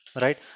Right